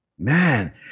Man